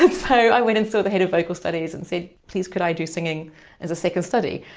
i went and so the head of vocal studies and said please could i do singing as a second study.